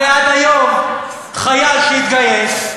הרי עד היום חייל שהתגייס,